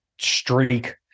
streak